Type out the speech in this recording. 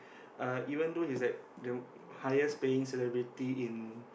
uh even though he's like the highest paying celebrity in